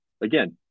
again